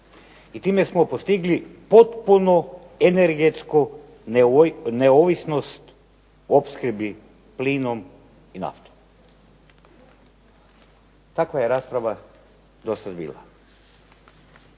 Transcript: i time smo postigli potpuno energetsku neovisnost u opskrbi plinom i naftom. Kakva je rasprava dosad bila?